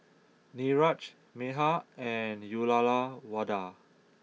Niraj Medha and Uyyalawada